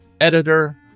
editor